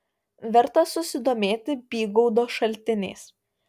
verta susidomėti bygaudo šaltiniais